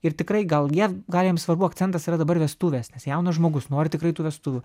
ir tikrai gal jie gal jiem svarbu akcentas yra dabar vestuvės nes jaunas žmogus nori tikrai tų vestuvių